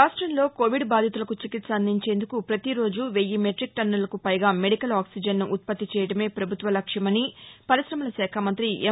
రాష్టంలో కోవిడ్ బాధితులకు చికిత్స అందించేందుకు పతి రోజూ వెయ్యి మెట్రిక్ టన్నులకు పైగా మెడికల్ ఆక్సిజన్ను ఉత్పత్తి చేయడమే ప్రభుత్వ లక్ష్మని పరిగ్రమల శాఖా మంతి ఎం